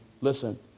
listen